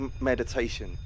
meditation